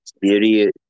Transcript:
beauty